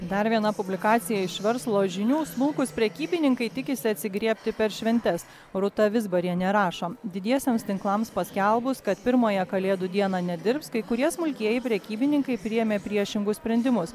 dar viena publikacija iš verslo žinių smulkūs prekybininkai tikisi atsigriebti per šventes rūta vizbarienė rašo didiesiems tinklams paskelbus kad pirmąją kalėdų dieną nedirbs kai kurie smulkieji prekybininkai priėmė priešingus sprendimus